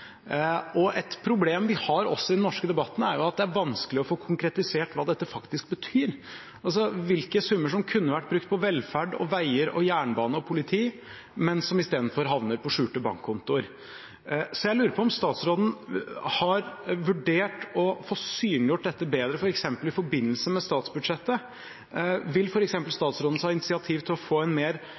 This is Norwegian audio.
av. Et problem vi har også i den norske debatten, er at det er vanskelig å få konkretisert hva dette faktisk betyr, altså hvilke summer som kunne vært brukt på velferd, veier, jernbane og politi, men som isteden havner på skjulte bankkontoer. Jeg lurer på om statsråden har vurdert å få synliggjort dette bedre, f.eks. i forbindelse med statsbudsjettet. Vil statsråden f.eks. ta initiativ til å få et mer